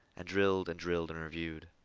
and drilled and drilled and reviewed.